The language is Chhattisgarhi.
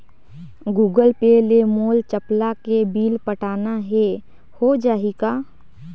गूगल पे ले मोल चपला के बिल पटाना हे, हो जाही का?